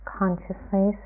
consciously